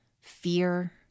fear